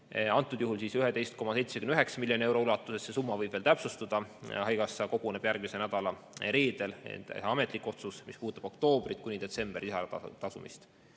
Antud juhul siis 11,79 miljoni euro ulatuses. Summa võib veel täpsustuda. Haigekassa koguneb järgmise nädala reedel, et teha ametlik otsus, mis puudutab oktoobrist kuni detsembrini lisatasude